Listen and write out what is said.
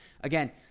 again